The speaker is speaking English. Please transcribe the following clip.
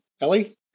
Ellie